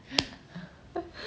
ha